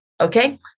Okay